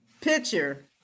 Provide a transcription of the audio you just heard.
picture